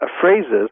phrases